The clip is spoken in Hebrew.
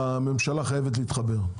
שהממשלה חייבת להתחבר.